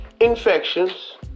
infections